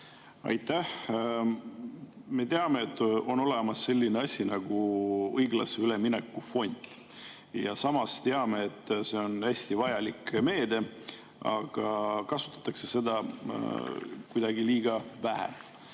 Aitäh! Me teame, et on olemas selline asi nagu õiglase ülemineku fond, ja samas teame, et see on hästi vajalik, aga kasutatakse seda kuidagi liiga vähe.